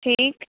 ٹھیک